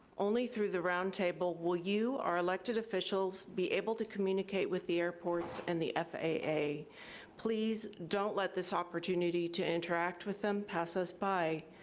only through the roundtable will you, our elected officials, be able to communicate with the airports and the faa. please don't let this opportunity to interact with them pass us by.